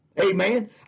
Amen